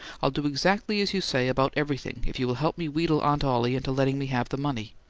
i'll do exactly as you say about everything if you will help me wheedle aunt ollie into letting me have the money.